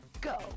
Go